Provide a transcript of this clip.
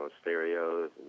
stereos